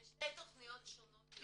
זה שתי תכניות שונות לגמרי.